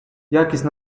якість